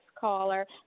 caller